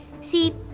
See